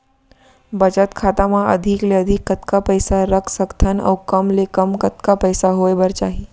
बचत खाता मा अधिक ले अधिक कतका पइसा रख सकथन अऊ कम ले कम कतका पइसा होय बर चाही?